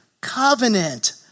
covenant